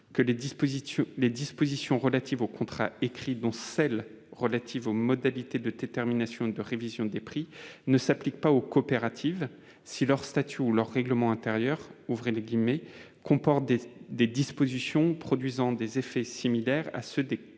que les dispositions relatives aux contrats écrits, dont celles qui sont relatives aux modalités de détermination et de révision des prix, ne s'appliquent pas aux coopératives si leurs statuts ou leur règlement intérieur « comportent des dispositions produisant des effets similaires à ceux des clauses